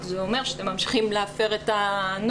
זה אומר שאתם ממשיכים להפר את הנוהל,